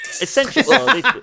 Essentially